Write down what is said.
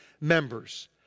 members